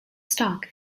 stock